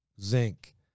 zinc